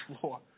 floor